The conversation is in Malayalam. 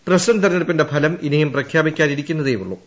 പ്രസിഡന്റ് തെരഞ്ഞെടുപ്പിന്റെ ഫലം ഇനിയും പ്രഖ്യാപിക്കാനിരിക്കുന്ന തേയുള്ളൂ